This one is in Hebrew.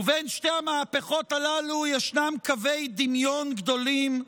בין שתי המהפכות הללו יש קווי דמיון גדולים.